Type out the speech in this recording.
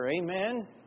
Amen